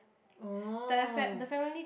oh